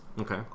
Okay